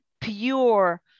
pure